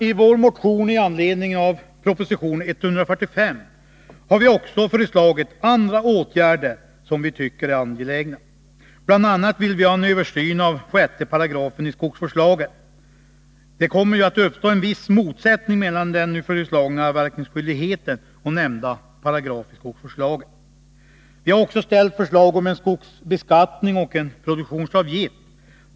I vår motion med anledning av proposition 145 har vi också föreslagit andra åtgärder, som vi tycker är angelägna. BI. a. vill vi ha en översyn av 6§ i skogsvårdslagen. Det kommer ju att uppstå en viss motsättning mellan den nu föreslagna avverkningsskyldigheten och nämnda paragraf i skogsvårdslagen. Vi har också ställt förslag om en skogsbeskattning och en produktionsavgift.